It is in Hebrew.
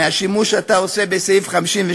מהשימוש שאתה עושה בסעיף 52